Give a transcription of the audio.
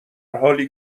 حالی